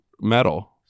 metal